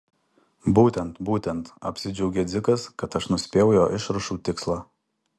būtent būtent apsidžiaugė dzikas kad aš nuspėjau jo išrašų tikslą